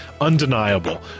undeniable